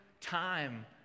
time